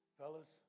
fellas